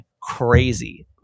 crazy